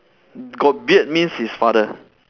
got beard means it's father